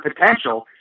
potential